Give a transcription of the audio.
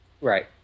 Right